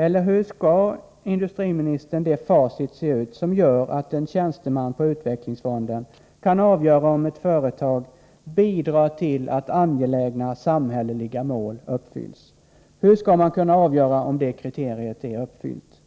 Eller hur skall, industriministern, det facit se ut som gör att en tjänsteman på utvecklingsfonden kan avgöra om ett företag bidrar till att angelägna samhällsmål uppfylls? Hur skall han kunna avgöra om det kriteriet är uppfyllt?